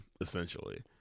essentially